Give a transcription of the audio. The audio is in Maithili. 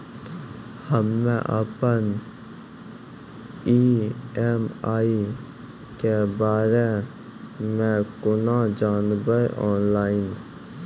हम्मे अपन ई.एम.आई के बारे मे कूना जानबै, ऑनलाइन?